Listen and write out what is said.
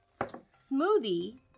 Smoothie